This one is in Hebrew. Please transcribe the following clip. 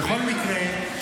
בכל מקרה,